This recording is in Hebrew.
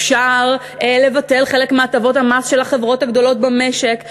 אפשר לבטל חלק מהטבות המס של החברות הגדולות במשק,